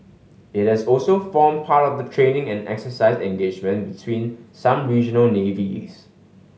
it has also formed part of the training and exercise engagements between some regional navies